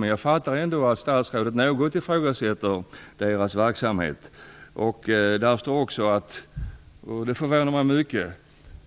Men jag förstår ändå att statsrådet i någon mån ifrågasätter verksamheten. Det står även något som förvånar mig mycket, nämligen